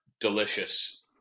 delicious